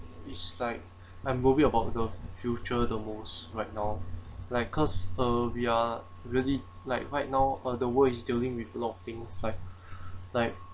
it's like I'm worried about the future the most right now like us uh we are really like right now uh the world is dealing with a lot of things like like